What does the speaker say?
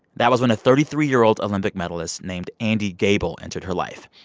that was when a thirty three year old olympic medalist named andy gabel entered her life.